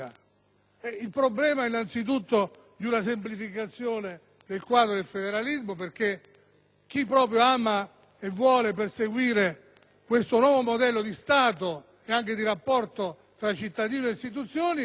il problema, innanzitutto, di una semplificazione del quadro del federalismo. Infatti, chi ama e vuole perseguire questo nuovo modello di Stato e di rapporto tra cittadino e istituzioni